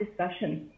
discussion